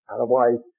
Otherwise